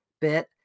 bit